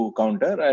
counter